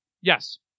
Yes